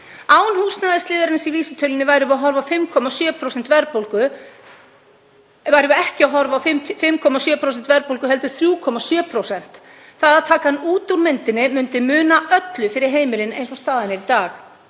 Án húsnæðisliðarins í vísitölunni værum við ekki að horfa á 5,7% verðbólgu heldur 3,7%. Það að taka hann út úr myndinni myndi muna öllu fyrir heimilin eins og staðan er í dag.